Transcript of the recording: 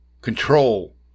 control